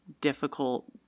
difficult